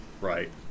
right